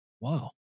Wow